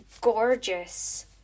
gorgeous